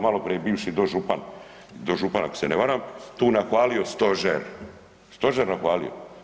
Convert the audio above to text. Maloprije bivši dožupan ako se ne varam tu nahvalio stožer, stožer nahvalio.